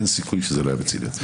אין סיכוי שזה לא היה בציניות.